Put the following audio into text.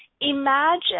Imagine